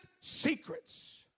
secrets